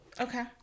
Okay